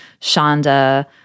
Shonda